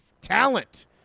talent